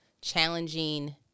challenging